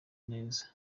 neza